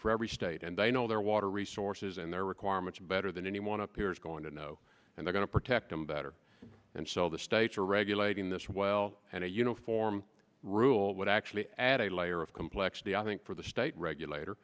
for every state and they know their water resources and their requirements better than anyone up here is going to know and they going to protect them better and so the states are regulating this well and a uniform rule would actually add a layer of complexity i think for the state regulator